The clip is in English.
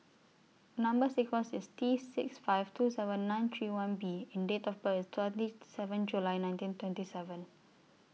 Number sequence IS T six five two seven nine three one B and Date of birth IS twenty seven July nineteen twenty seven